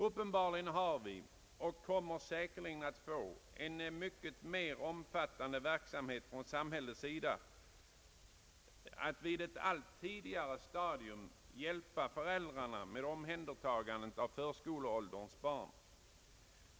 Uppenbarligen har vi och kommer säkerligen att få en mycket omfattande verksamhet från samhället att vid ett allt tidigare stadium hjälpa föräldrarna med omhändertagandet av förskoleålderns barn.